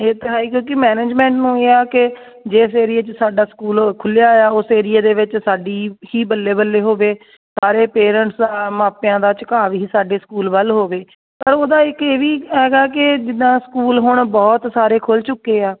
ਇਹ ਤਾਂ ਹੈ ਹੀ ਕਿਉਂਕਿ ਮੈਨੇਜਮੈਂਟ ਨੂੰ ਇਹ ਆ ਕਿ ਜਿਸ ਏਰੀਏ 'ਚ ਸਾਡਾ ਸਕੂਲ ਖੁੱਲ੍ਹਿਆ ਆ ਉਸ ਏਰੀਏ ਦੇ ਵਿੱਚ ਸਾਡੀ ਹੀ ਹੀ ਬੱਲੇ ਬੱਲੇ ਹੋਵੇ ਸਾਰੇ ਪੇਰੈਂਟਸ ਆ ਮਾਪਿਆਂ ਦਾ ਝੁਕਾਅ ਵੀ ਸਾਡੇ ਸਕੂਲ ਵੱਲ ਹੋਵੇ ਪਰ ਉਹਦਾ ਇੱਕ ਇਹ ਵੀ ਹੈਗਾ ਕਿ ਜਿੱਦਾਂ ਸਕੂਲ ਹੁਣ ਬਹੁਤ ਸਾਰੇ ਖੁੱਲ੍ਹ ਚੁੱਕੇ ਆ